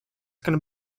can